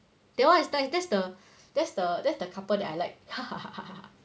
that one is nice that's the that's the that's the couple that I like